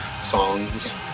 songs